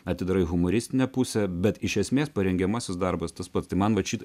atidarai humoristinę pusę bet iš esmės parengiamasis darbas tas pats tai man vat šita